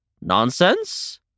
Nonsense